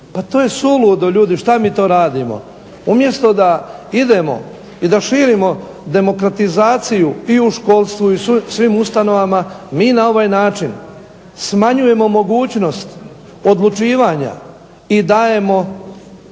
To je suludo, umjesto da idemo i da širimo demokratizaciju i u školstvu i svim ustanovama mi na ovaj način smanjujemo mogućnost odlučivanja i dajemo